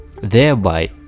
thereby